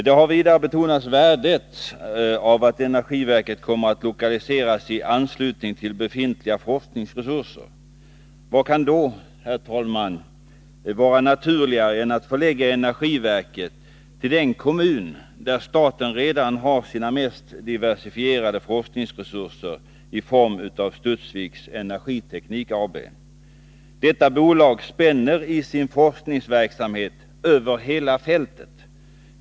Det har vidare betonats värdet av att energiverket lokaliseras i anslutning till befintliga forskningsresurser. Vad kan då, herr talman, vara naturligare än att förlägga energiverket till den kommun där staten redan har sina mest diversifierade forskningsresurser i form av Studsvik Energiteknik AB? Detta bolag spänner i sin forskningsverksamhet över hela fältet.